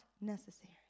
necessary